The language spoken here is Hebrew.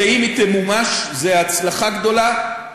ואם היא תמומש זו הצלחה גדולה,